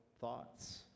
thoughts